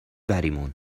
بریمون